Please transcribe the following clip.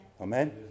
amen